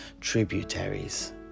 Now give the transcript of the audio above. tributaries